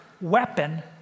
weapon